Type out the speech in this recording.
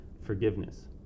forgiveness